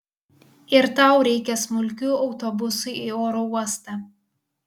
ir tau reikia smulkių autobusui į oro uostą